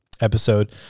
episode